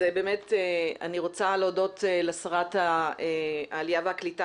אני רוצה גם להודות לשרת העלייה והקליטה,